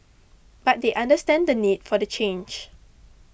but they understand the need for the change